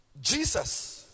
Jesus